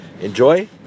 enjoy